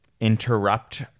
interrupt